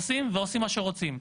עושים ועושים מה שרוצים.